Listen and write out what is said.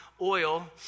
oil